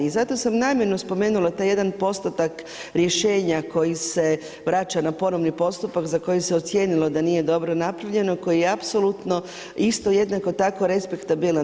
I zato sam namjerno spomenula taj jedan postotak rješenja koji se vraća na ponovni postupak za koji se ocijenilo da nije dobro napravljeno i koji je apsolutno isto jednako tako respektabilan.